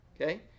okay